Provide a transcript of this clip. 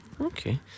Okay